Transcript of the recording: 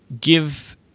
give